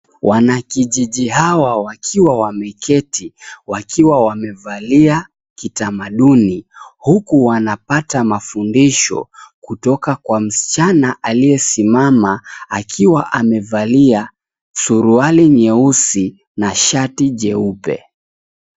Wanakijiji hawa wakiwa wameketi, wakiwa wamevalia kitamaduni huku wanapata mafundisho kutoka kwa msichana aliyesimama akiwa amevalia suruali nyeusi na shati jeupe.